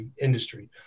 industry